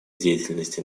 деятельности